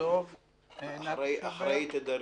אחראי תדרים.